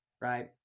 right